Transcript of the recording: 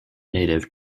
native